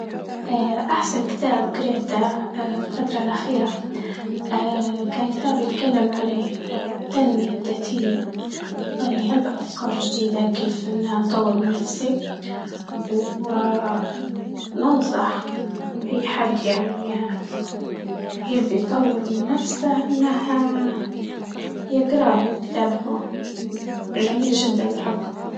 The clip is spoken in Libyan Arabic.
اه أحسن كتاب اه في الفترة الأخيرة، اه كان كتابي يتكلم عليه التنمية الذاتية أعطاني هل بأفكار جديدة كيف نطور من نفسي، واه ننصح اي حد يعني يبدأ يطور من نفسه الكتاب ها جميل جدا بحبه.